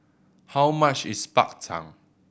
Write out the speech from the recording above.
how much is Bak Chang